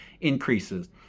increases